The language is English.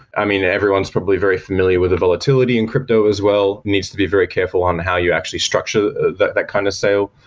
i mean, everyone's probably very familiar with the volatility in crypto as well. it needs to be very careful on how you actually structure that that kind of sell.